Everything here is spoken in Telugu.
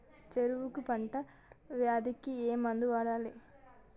చెరుకు పంట వ్యాధి కి ఏ మందు వాడాలి?